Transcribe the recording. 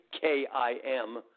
K-I-M